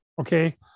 Okay